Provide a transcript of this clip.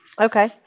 Okay